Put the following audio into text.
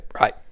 Right